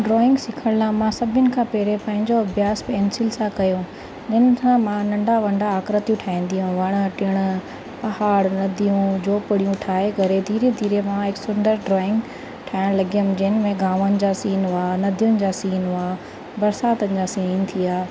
drawing सिखण लाइ मां सभिनि खां पहिरीं त पंहिंजो अभ्यास पेंसिल सां कयो इन्हनि खां मां नंढा वॾा आकृतियूं ठाहींदी हुअमि ऐं वण टिण पहाड़ नदियूं झोपिड़ियूं ठाहे करे धीरे धीरे मां हिकु सुंदर ड्रॉइंग ठाहियलु लॻियमु जंहिंमें गांवनि जा सीन हुआ नदियुनि जा सीन हुआ बरसातनि जा सीन थी विया